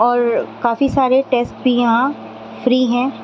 اور کافی سارے ٹسٹ بھی یہاں فری ہیں